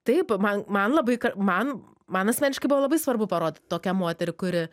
taip man man labai man man asmeniškai buvo labai svarbu parodyt tokią moterį kuri